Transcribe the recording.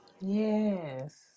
Yes